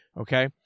okay